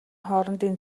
хоорондын